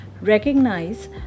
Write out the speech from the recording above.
recognize